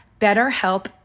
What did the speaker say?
BetterHelp